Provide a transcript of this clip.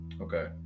okay